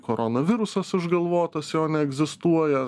koronavirusas išgalvotas jo neegzistuoja